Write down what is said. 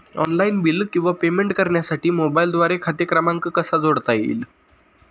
Online bill किंवा payment करण्यासाठी मोबाईलद्वारे खाते क्रमांक कसा जोडता येईल?